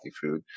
food